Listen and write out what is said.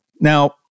Now